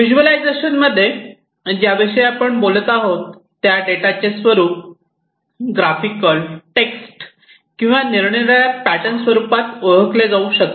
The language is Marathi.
व्हिज्युअलायझेशन मध्ये ज्याविषयी आपण बोलत आहोत त्या डेटाचे स्वरूप ग्राफिकल टेक्स्ट किंवा निरनिराळ्या पॅटर्न स्वरूपात ओळखले जाऊ शकते